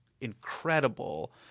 incredible